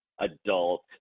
adult